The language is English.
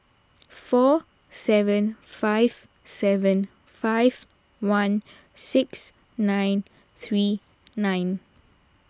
four seven five seven five one six nine three nine